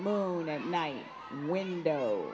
moon at night window